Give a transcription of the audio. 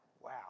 Wow